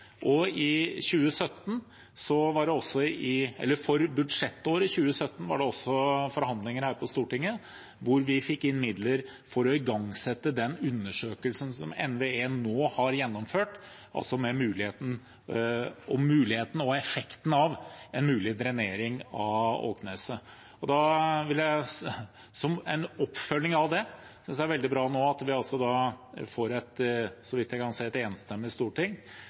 fikk inn midler til å igangsette den undersøkelsen som NVE nå har gjennomført, om muligheten for og effekten av en mulig drenering av Åkneset. Som en oppfølging av det, synes jeg det er veldig bra at – så vidt jeg kan se – et enstemmig storting